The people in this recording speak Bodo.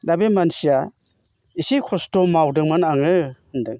दा बे मानसिया इसि खस्थ' मावदोंमोन आङो होन्दों